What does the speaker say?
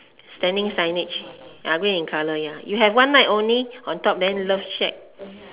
standing signage ya green in colour ya you have one night only on to then love shack